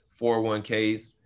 401ks